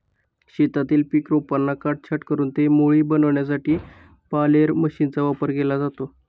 शेतातील पीक रोपांना काटछाट करून ते मोळी बनविण्यासाठी बालेर मशीनचा वापर केला जातो